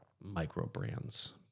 micro-brands